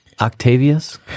Octavius